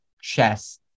chess